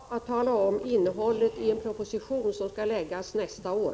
Herr talman! Jag är inte i dag beredd att tala om innehållet i en proposition som skall läggas fram nästa år.